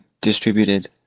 distributed